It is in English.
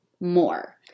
more